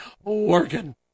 working